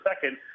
second